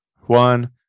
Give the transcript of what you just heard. one